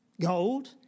Gold